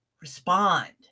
respond